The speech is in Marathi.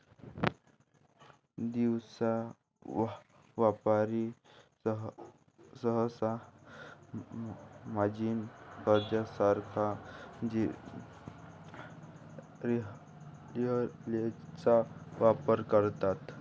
दिवसा व्यापारी सहसा मार्जिन कर्जासारख्या लीव्हरेजचा वापर करतात